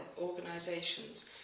organisations